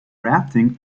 rafting